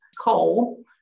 coal